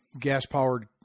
gas-powered